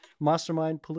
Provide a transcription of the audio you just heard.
Mastermind